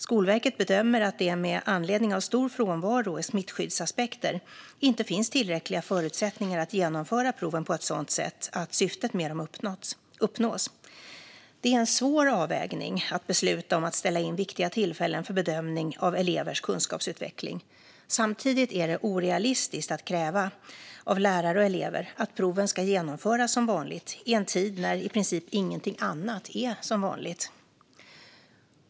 Skolverket bedömer att det med anledning av stor frånvaro och smittskyddsaspekter inte finns tillräckliga förutsättningar att genomföra proven på ett sådant sätt att syftet med dem uppnås. Det är en svår avvägning att besluta om att ställa in viktiga tillfällen för bedömning av elevers kunskapsutveckling. Samtidigt är det orealistiskt att kräva av lärare och elever att proven ska genomföras som vanligt i en tid när i princip ingenting annat är som vanligt.